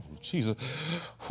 Jesus